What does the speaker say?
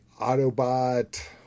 Autobot